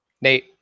Nate